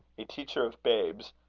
a teacher of babes,